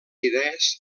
idees